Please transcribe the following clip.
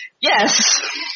yes